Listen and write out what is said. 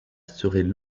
serait